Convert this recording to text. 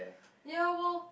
ya well